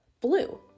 Blue